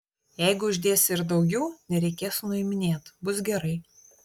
jeigu uždėsi ir daugiau nereikės nuiminėt bus gerai